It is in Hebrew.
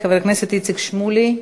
חבר הכנסת איציק שמולי,